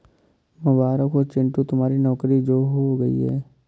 मुबारक हो चिंटू तुम्हारी नौकरी जो हो गई है